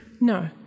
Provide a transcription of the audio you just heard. No